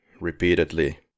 repeatedly